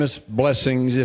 blessings